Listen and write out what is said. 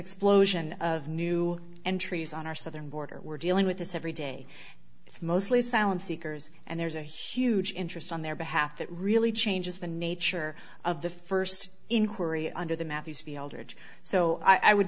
explosion of new entries on our southern border we're dealing with this every day it's mostly silent seekers and there's a huge interest on their behalf that really changes the nature of the first inquiry under the